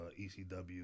ECW